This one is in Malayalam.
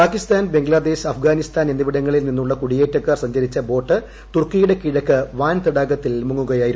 പാകിസ്ഥാൻ ബംഗ്ലാദേശ് അഫ്ഗാനിസ്ഥാൻ എന്നിവിടങ്ങളിൽ നിന്നുള്ള കുടിയേറ്റക്കാർ സഞ്ചരിച്ച ബോട്ട് തുർക്കിയുടെ കിഴക്ക് വാൻ തടാകത്തിൽ മുങ്ങുകയായിരുന്നു